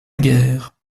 guerre